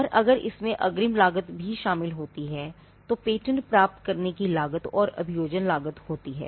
और अगर इसमें अग्रिम लागत भी शामिल होती है तो पेटेंट प्राप्त करने की लागत और अभियोजन लागत होती है